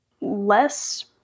less